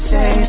Say